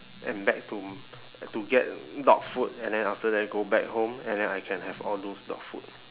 and back to to get dog food and then after that go back home and then I can have all those dog food